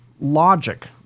logic